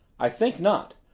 i think not.